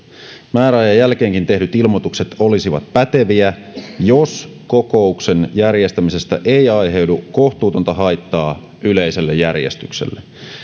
määräajan jälkeenkin tehdyt ilmoitukset olisivat päteviä jos kokouksen järjestämisestä ei aiheudu kohtuutonta haittaa yleiselle järjestykselle